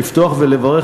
לפתוח ולברך,